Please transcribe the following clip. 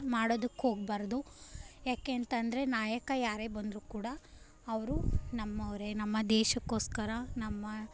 ಮಾಡೋದಕ್ಕೆ ಹೋಗಬಾರ್ದು ಯಾಕೆ ಅಂತ ಅಂದರೆ ನಾಯಕ ಯಾರೇ ಬಂದರು ಕೂಡ ಅವರು ನಮ್ಮವರೇ ನಮ್ಮ ದೇಶಕ್ಕೋಸ್ಕರ ನಮ್ಮ